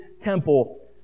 temple